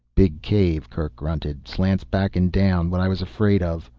big cave, kerk grunted. slants back and down. what i was afraid of.